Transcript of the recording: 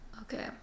Okay